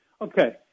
Okay